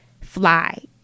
fly